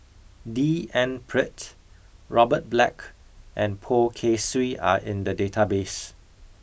D N Pritt Robert Black and Poh Kay Swee are in the database